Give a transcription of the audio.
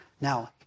Now